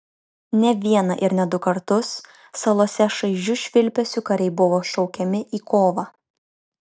ne vieną ir ne du kartus salose šaižiu švilpesiu kariai buvo šaukiami į kovą